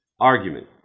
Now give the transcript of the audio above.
argument